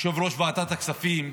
יושב-ראש ועדת הכספים,